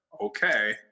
okay